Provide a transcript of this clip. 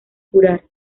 curar